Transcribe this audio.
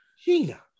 Gina